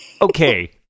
Okay